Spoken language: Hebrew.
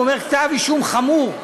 הוא אומר: כתב-אישום חמור.